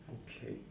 okay